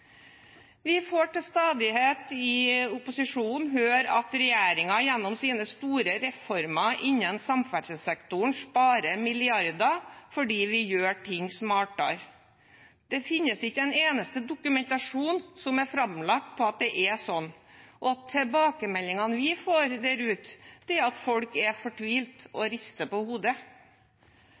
Vi i opposisjonen får til stadighet høre at regjeringen gjennom sine store reformer innen samferdselssektoren sparer milliarder fordi de gjør ting smartere. Det finnes ikke en eneste dokumentasjon som er framlagt, på at det er sånn. Og tilbakemeldingene vi får der ute, er at folk er fortvilte og rister på hodet.